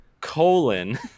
colon